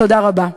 תודה רבה.